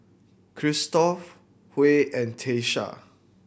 Christop Huey and Tiesha